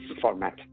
format